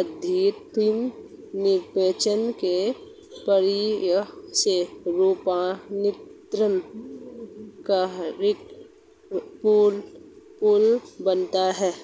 अंडाशय निषेचन की प्रक्रिया से रूपान्तरित होकर फल बनता है